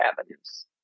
avenues